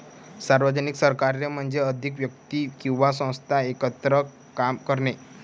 सार्वजनिक सहकार्य म्हणजे अधिक व्यक्ती किंवा संस्था एकत्र काम करणे